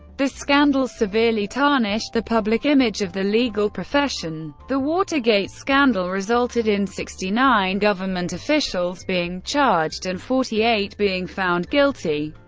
the scandal severely tarnished the public image of the legal profession. the watergate scandal resulted in sixty nine government officials being charged and forty eight being found guilty,